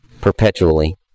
perpetually